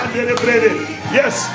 Yes